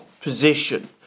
position